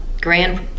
Grand